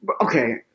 okay